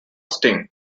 sting